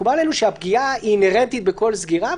מקובל עלינו שהפגיעה אינהרנטית בכל סגירה,